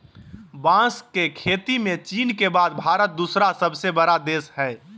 बांस के खेती में चीन के बाद भारत दूसरा सबसे बड़ा देश हइ